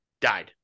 died